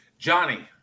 Johnny